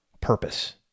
purpose